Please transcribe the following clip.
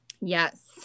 yes